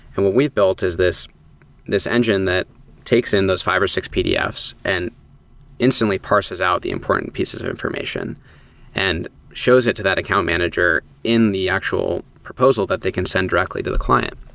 and what we've built is this this engine that takes in those five or six pdfs and instantly parses out the important pieces of information and shows it to that account manager in the actual proposal that they can send directly to the client.